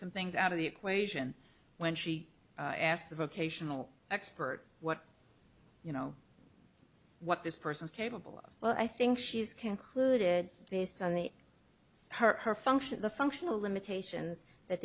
some things out of the equation when she asked a vocational expert what you know what this person is capable of well i think she's concluded based on the her her function the functional limitations that